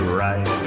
right